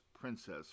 Princess